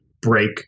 break